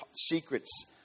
secrets